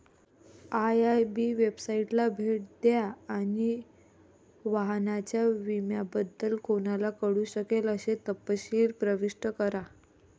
IIB वेबसाइटला भेट द्या आणि वाहनाच्या विम्याबद्दल कोणाला कळू शकेल असे तपशील प्रविष्ट करा